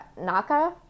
Naka